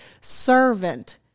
servant